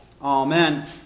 Amen